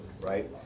right